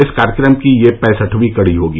इस कार्यक्रम की यह पैंसठवीं कड़ी होगी